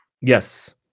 Yes